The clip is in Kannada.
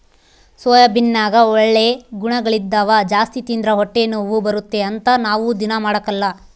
ಸೋಯಾಬೀನ್ನಗ ಒಳ್ಳೆ ಗುಣಗಳಿದ್ದವ ಜಾಸ್ತಿ ತಿಂದ್ರ ಹೊಟ್ಟೆನೋವು ಬರುತ್ತೆ ಅಂತ ನಾವು ದೀನಾ ಮಾಡಕಲ್ಲ